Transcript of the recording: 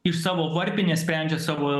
iš savo varpinės sprendžia savo